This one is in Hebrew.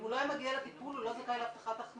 אם הוא לא היה מגיע לטיפול הוא לא זכאי להבטחת הכנסה.